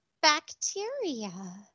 bacteria